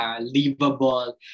livable